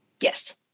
Yes